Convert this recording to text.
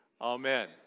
Amen